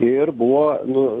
ir buvo nu